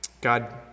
God